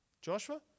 Joshua